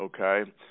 okay